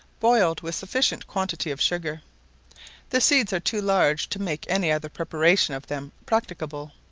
boiled with sufficient quantity of sugar the seeds are too large to make any other preparation of them practicable.